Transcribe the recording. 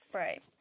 right